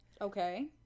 Okay